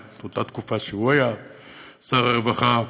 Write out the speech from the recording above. מאותה תקופה שהוא היה שר הרווחה,